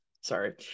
sorry